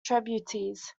tributaries